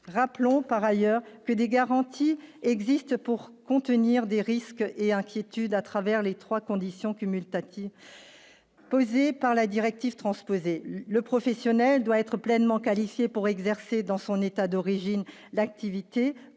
rappelons par ailleurs que des garanties existent pour contenir des risques et inquiétude à travers les 3 conditions cumule Tati posés par la directive transposée le professionnel doit être pleinement qualifié pour exercer dans son état d'origine, l'activité pour laquelle